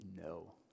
No